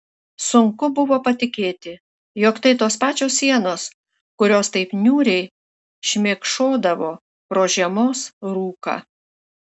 sunku buvo patikėti jog tai tos pačios sienos kurios taip niūriai šmėkšodavo pro žiemos rūką